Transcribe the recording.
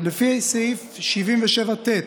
לפי סעיף 77(ט),